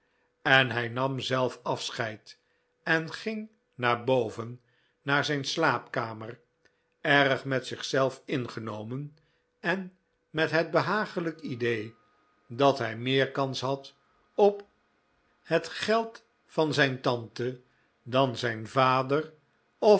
en hij nam zelf afscheid en ging naar boven naar zijn slaapkamer erg met zichzelf ingenomen en met het behagelijk idee dat hij meer kans had op het geld van zijn tante dan zijn vader